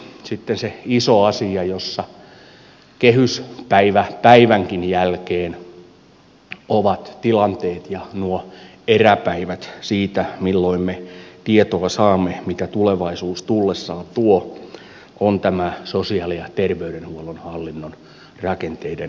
sitten se iso asia jossa kehyspäiväpäivänkin jälkeen ovat tilanteet ja nuo eräpäivät siitä milloin me tietoa saamme mitä tulevaisuus tullessaan tuo muuttuneet on tämä sosiaali ja terveydenhuollon hallinnon rakenteiden uudistaminen